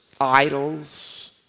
idols